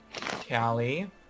Callie